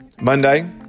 Monday